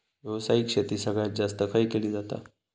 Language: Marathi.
व्यावसायिक शेती सगळ्यात जास्त खय केली जाता?